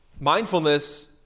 Mindfulness